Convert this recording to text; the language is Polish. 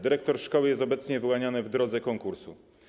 Dyrektor szkoły jest obecnie wyłaniany w drodze konkursu.